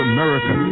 America